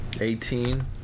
Eighteen